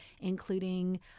including